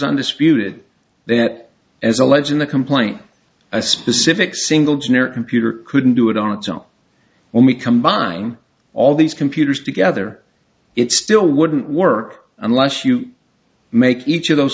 undisputed that as alleged in the complaint a specific single generic computer couldn't do it on its own when we combine all these computers together it still wouldn't work unless you make each of those